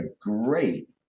great